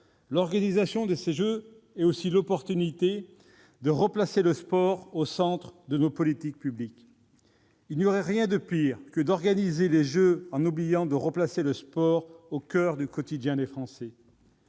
l'organisation de ces Jeux est aussi l'opportunité de replacer le sport au centre de nos politiques publiques. Il n'y aurait rien de pire que d'organiser les Jeux en oubliant de replacer le sport au coeur du quotidien des Français.